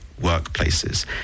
workplaces